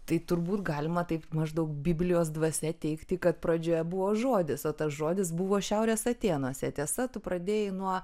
tai turbūt galima taip maždaug biblijos dvasia teigti kad pradžioje buvo žodis o tas žodis buvo šiaurės atėnuose tiesa tu pradėjai nuo